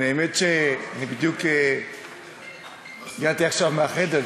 האמת היא שהגעתי עכשיו מהחדר,